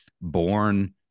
born